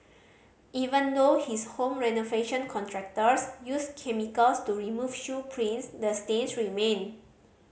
even though his home renovation contractors used chemicals to remove shoe prints the stains remained